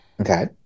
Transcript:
okay